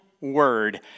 word